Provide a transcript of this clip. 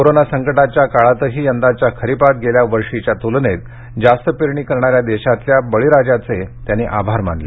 corona संकटाच्या काळातही यंदाच्या खरीपात गेल्या वर्षीच्या तुलनेत जास्त पेरणी करणाऱ्या देशातल्या बळीराजाचे त्यांनी आभार मानले